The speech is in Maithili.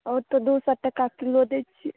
ओ तव दू सए टका किलो दै छी